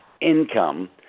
income